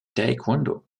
taekwondo